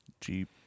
Jeep